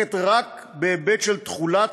עוסקת רק בהיבט של תחולת